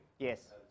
Yes